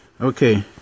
okay